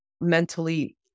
mentally